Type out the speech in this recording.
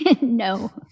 No